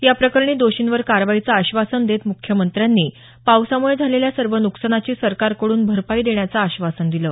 या प्रकरणी दोषींवर कारवाईचं आश्वासन देत मुख्यमंत्र्यांनी पावसामुळे झालेल्या सर्व न्कसानाची सरकारकडून भरपाई देण्याचं आश्वासन दिलं